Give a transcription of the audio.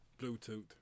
Bluetooth